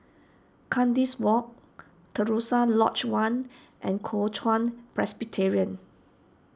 Kandis Walk Terusan Lodge one and Kuo Chuan Presbyterian